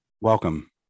Welcome